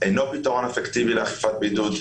אינו פתרון אפקטיבי לאכיפת בידוד.